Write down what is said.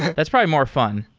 that's probably more fun